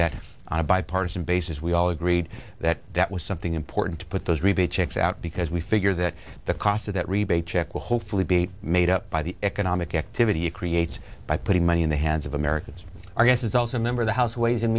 bipartisan basis we all agreed that that was something important to put those rebate checks out because we figure that the cost of that rebate check will hopefully be made up by the economic activity it creates by putting money in the hands of americans our guest is also a member of the house ways and